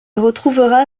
retrouvera